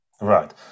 Right